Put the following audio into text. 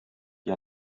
die